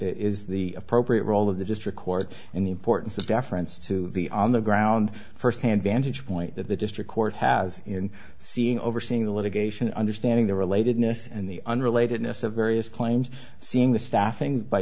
is the appropriate role of the district court and the importance of deference to the on the ground first hand vantage point that the district court has in seeing overseeing the litigation understanding the relatedness and the unrelated ness of various claims seeing the staffing by